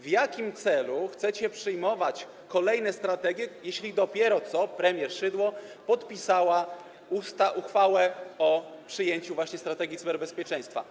W jakim celu chcecie przyjmować kolejne strategie, jeśli dopiero co premier Szydło podpisała uchwałę o przyjęciu strategii cyberbezpieczeństwa?